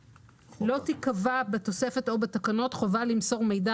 עכשיו: לא תיקבע בתוספת או בתקנות חובה למסור מידע